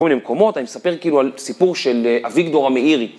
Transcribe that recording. כל מיני מקומות, אני מספר כאילו על סיפור של אביגדור המאירי.